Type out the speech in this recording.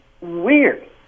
weird